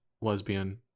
lesbian